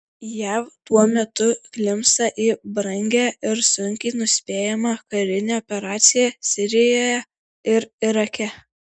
jav tuo metu klimpsta į brangią ir sunkiai nuspėjamą karinę operaciją sirijoje ir irake